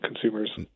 consumers